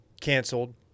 canceled